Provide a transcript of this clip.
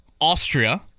Austria